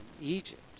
Egypt